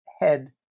head